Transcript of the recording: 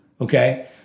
Okay